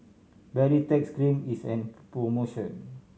Baritex Cream is in promotion